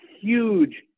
huge